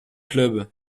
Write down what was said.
clubs